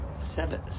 Seven